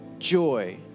joy